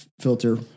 filter